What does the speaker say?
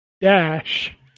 Dash